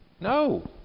No